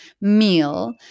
meal